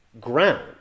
ground